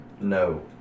No